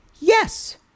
Yes